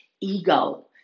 ego